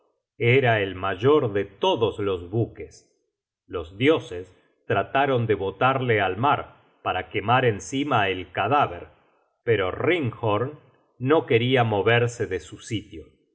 era el mayor de todos los buques los dioses trataron de botarle al mar para quemar encima el cadáver pero binghorne no queria moverse de su sitio